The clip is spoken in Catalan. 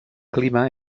clima